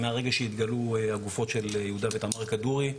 מהרגע שהתגלו הגופות של יהודה ותמר כדורי,